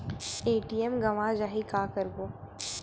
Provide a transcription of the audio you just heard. ATM गवां जाहि का करबो?